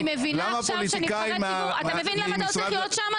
אני מבינה עכשיו שנבחרי ציבורי אתה מבין למה אתה לא צריך להיות שם?